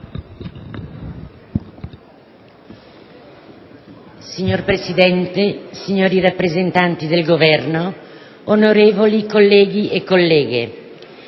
Signor Presidente, signori rappresentanti del Governo, onorevoli colleghe e colleghi,